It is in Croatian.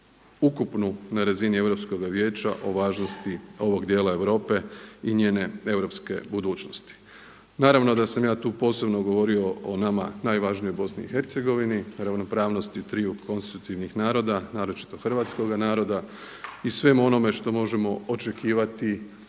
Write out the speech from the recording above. ukupnu na razini Europskoga vijeća o važnosti ovog dijela Europe i njene europske budućnosti. Naravno da sam ja tu posebno govorio o nama najvažnijoj BiH, ravnopravnosti triju konstitutivnih naroda, naročito hrvatskoga naroda i svemu onome što možemo očekivati